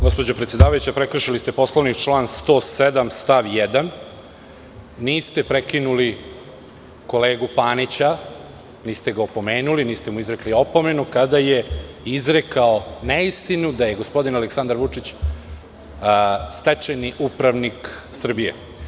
Gospođo predsedavajuća, prekršili ste Poslovnik član 107. stav 1. Niste prekinuli kolegu Panića, niste ga opomenuli, niste mu izrekli opomenu kada je izrekao neistinu da je gospodin Aleksandar Vučić, stečajni upravnik Srbije.